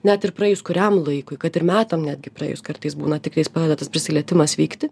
net ir praėjus kuriam laikui kad ir metam netgi praėjus kartais būna tiktais pradeda tas prisilietimas vykti